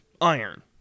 iron